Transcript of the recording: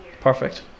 perfect